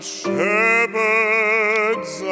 shepherds